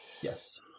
yes